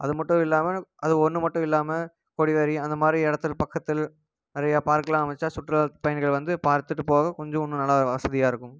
அதுமட்டும் இல்லாமல் அது ஒன்று மட்டும் இல்லாமல் கொடிவேரி அது மாதிரி இடத்துக்கு பக்கத்தில் நிறையா பார்க்கெலாம் அமைச்சா சுற்றுலாப்பயணிகள் வந்து பார்த்துவிட்டு போக கொஞ்சம் இன்னும் நல்லா வசதியாக இருக்கும்